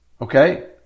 okay